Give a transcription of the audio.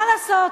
מה לעשות?